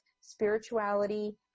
spirituality